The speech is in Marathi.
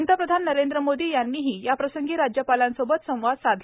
पंतप्रधान नरेंद्र मोदी यांनीही याप्रसंगी राज्यपालांसोबत संवाद साधला